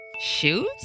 Shoes